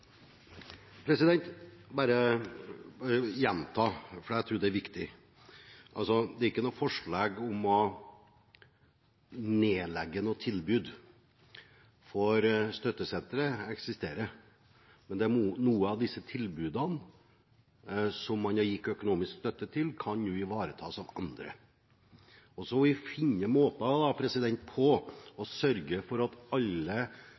Det er altså ikke noe forslag om å legge ned et tilbud, for støttesenteret eksisterer, men noen av tilbudene som man har gitt økonomisk støtte til, kan nå ivaretas av andre. Så får vi finne måter å sørge for at alle